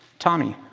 tommy,